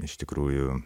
iš tikrųjų